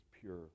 pure